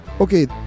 Okay